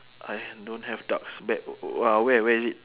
I ha~ don't have ducks back w~ uh where where is it